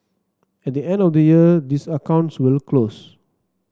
at the end of the year these accounts will close